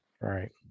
Right